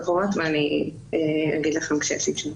אני אבדוק בדקות הקרובות ואני אגיד לכם כשתהיה לי תשובה.